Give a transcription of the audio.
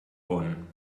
bonn